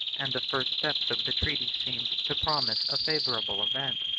and the first steps of the treaty seemed to promise a favorable event.